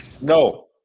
no